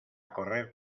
correr